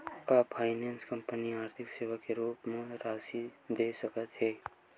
का finance company आर्थिक सेवा के रूप म राशि दे सकत हे?